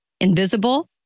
invisible